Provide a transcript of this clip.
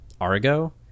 Argo